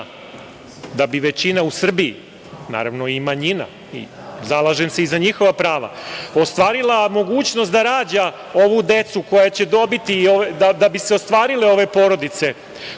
da bi većina u Srbiji, naravno i manjina, zalažem se i za njihova prava, ostvarila mogućnost da rađa ovu decu koja će dobiti i da bi se ostvarile ove porodice